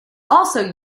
also